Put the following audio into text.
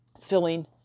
filling